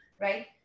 right